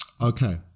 Okay